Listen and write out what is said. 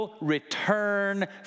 return